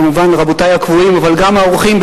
כמובן רבותי הקבועים אבל גם האורחים,